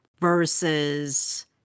versus